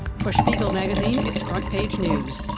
for spiegel magazine, it's front page news.